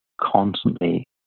constantly